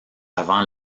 avant